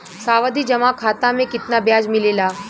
सावधि जमा खाता मे कितना ब्याज मिले ला?